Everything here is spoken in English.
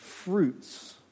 Fruits